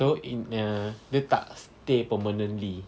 so in a dia tak stay permanently